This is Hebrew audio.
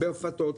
ברפתות.